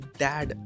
dad